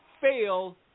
fail